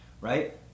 right